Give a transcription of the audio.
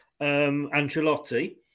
Ancelotti